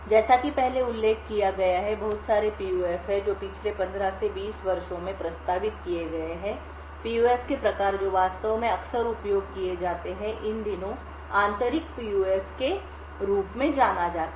जैसा कि पहले उल्लेख किया गया है बहुत सारे पीयूएफ हैं जो पिछले 15 से 20 वर्षों में प्रस्तावित किए गए हैं पीयूएफ के प्रकार जो वास्तव में अक्सर उपयोग किए जाते हैं इन दिनों आंतरिक पीयूएफ के रूप में जाना जाता है